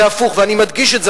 ואני מדגיש את זה,